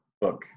book